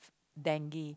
Dengue